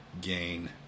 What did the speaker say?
gain